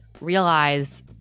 realize